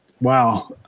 wow